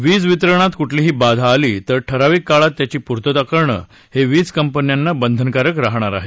वीजवितरणात कुठेही बाधा आली तर ठरविक काळात त्याची पूर्तता करणं हे वीजकंपन्यांना बंधनकारक राहणार आहे